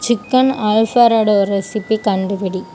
chicken Alfredo recipe கண்டுபிடி